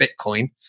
Bitcoin